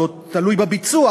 זה עוד תלוי בביצוע,